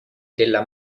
della